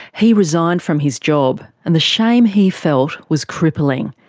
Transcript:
he resigned from his job, and the shame he felt was crippling.